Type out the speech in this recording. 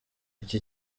iki